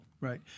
Right